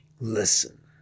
Listen